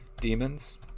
demons